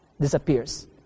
disappears